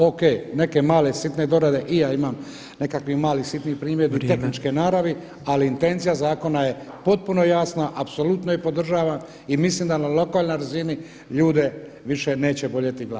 O.k. neke male sitne dorade i ja imam nekakvim nalih sitnih primjedbi tehničke naravi, ali intencija zakona je potpuno jasna, apsolutno je podržavam i mislim da na lokalnoj razini ljude više neće boljeti glava.